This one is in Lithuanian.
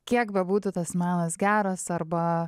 kiek bebūtų tas menas geras arba